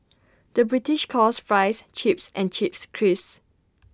the British calls Fries Chips and Chips Crisps